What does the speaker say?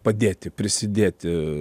padėti prisidėti